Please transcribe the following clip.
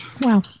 Wow